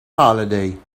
holiday